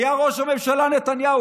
ראש הממשלה היה נתניהו.